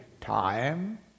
Time